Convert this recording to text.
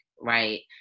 right